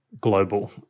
global